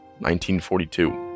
1942